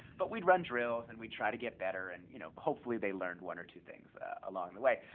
but we'd run drills. and we'd try to get better, and, you know, hopefully they learned one or two things along the way.